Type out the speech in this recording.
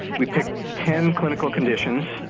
we picked ten clinical conditions,